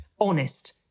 honest